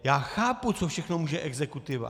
Já chápu, co všechno může exekutiva.